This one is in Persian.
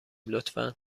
لطفا